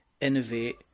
innovate